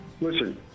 Listen